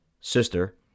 sister